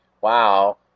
wow